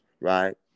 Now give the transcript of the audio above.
right